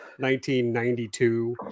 1992